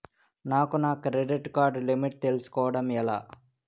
నాకు నా credit card limit తెలుసుకోవడం ఎలా?